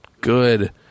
good